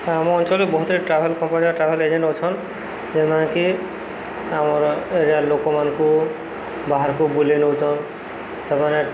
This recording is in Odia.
ଆମ ଅଞ୍ଚଳରେ ବହୁତଟେ ଟ୍ରାଭେଲ୍ କମ୍ପାନୀର ଟ୍ରାଭଲ୍ ଏଜେଣ୍ଟ ଅଛନ୍ ଯେଉଁମାନେକି ଆମର ଏରିଆ ଲୋକମାନଙ୍କୁ ବାହାରକୁ ବୁଲେଇ ନେଉଛନ୍ ସେମାନେ